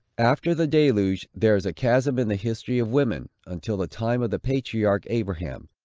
after the deluge there is a chasm in the history of women, until the time of the patriarch abraham.